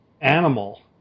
animal